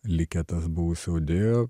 likę tas buvusio audėjo